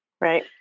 Right